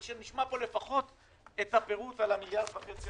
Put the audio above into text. אני רוצה שנשמע פה לפחות את הפירוט על 1.5 המיליארד הנוספים.